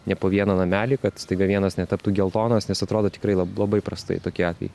ne po vieną namelį kad staiga vienas netaptų geltonas nes atrodo tikrai lab labai prastai tokie atvejai